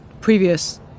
previous